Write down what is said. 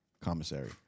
commissary